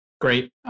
Great